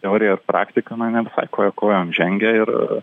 teorija ir praktika na ne visai koja kojon žengia ir